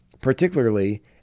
particularly